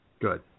Good